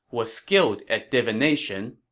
was skilled at divination.